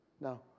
No